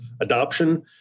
adoption